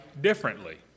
differently